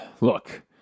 look